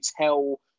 tell